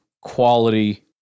quality